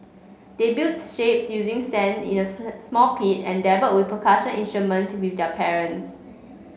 they built shapes using sand in a small pit and dabbled with percussion instruments with their parents